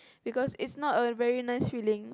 because it's not a very nice feeling